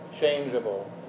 changeable